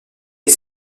est